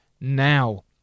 now